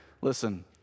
Listen